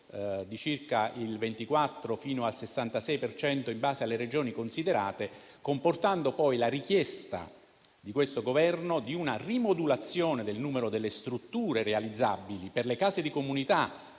24 fino al 66 per cento circa in base alle Regioni considerate, comportando poi la richiesta di questo Governo di una rimodulazione del numero delle strutture realizzabili: per le case di comunità,